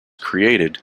created